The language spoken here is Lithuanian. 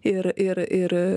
ir ir ir